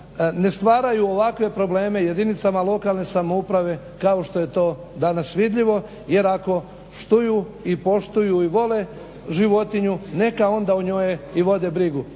ne stvaraju ovakve probleme jedinicama lokalne samouprave kao što je to danas vidljivo, jer ako štuju, i poštuju i vole životinju neka onda o njoj i vode brigu.